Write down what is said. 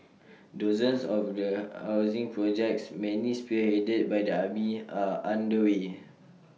dozens of housing projects many spearheaded by the army are underway